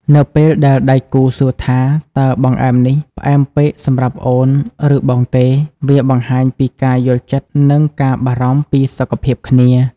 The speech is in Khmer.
នៅពេលដែលដៃគូសួរថា "តើបង្អែមនេះផ្អែមពេកសម្រាប់អូន ឬបងទេ?" វាបង្ហាញពីការយល់ចិត្ត និងការបារម្ភពីសុខភាពគ្នា។